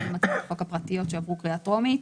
והפרטיות עברו טרומית,